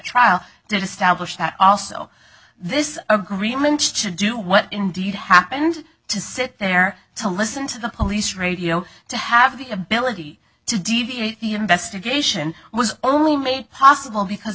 trial did establish that also this agreement should do what indeed happened to sit there to listen to the police radio to have the ability to deviate the investigation was only made possible because